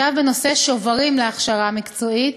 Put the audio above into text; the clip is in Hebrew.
עכשיו, בנושא השוברים להכשרה מקצועית: